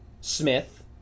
Smith